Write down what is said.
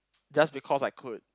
just because I could